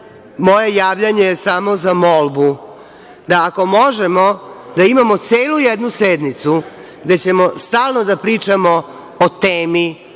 čime. Moje javljanje je samo za molbu da ako možemo da imamo celu jednu sednicu gde ćemo stalno da pričamo o temi